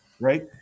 right